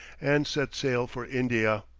and set sail for india.